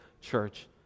church